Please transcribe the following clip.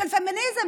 של פמיניזם.